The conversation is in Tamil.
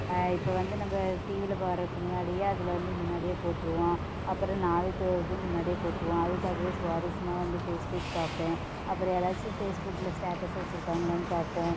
இப்போ வந்து நம்ம டிவியில் வர்றதுக்கு முன்னாடியே அதில் வந்து முன்னாடியே போட்டுடுவோம் அப்புறம் நாளைக்கு இதுவும் முன்னாடியே போட்டுடுவோம் அதுக்காகவே சுவாரஸ்யமாக வந்து ஃபேஸ்புக் பார்ப்பேன் அப்புறம் யாராச்சும் ஃபேஸ்புக்கில் ஸ்டேட்டஸ் வச்சிருக்காங்களான்னு பார்ப்போம்